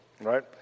right